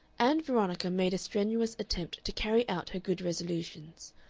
ann veronica made a strenuous attempt to carry out her good resolutions.